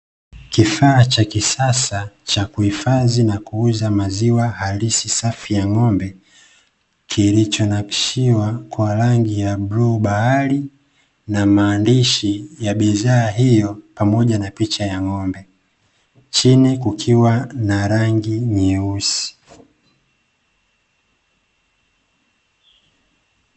Kifaa cha kisasa cha kuhifadhi na kuuza maziwa halisi safi ya ng'ombe, kilichonakshiwa kwa rangi ya bluu-bahari, na maandishi ya bidhaa hiyo pamoja na picha ya ng'ombe. Chini kukiwa na rangi nyeusi.